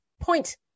point